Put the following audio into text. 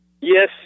Yes